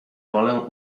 wolę